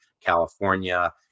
California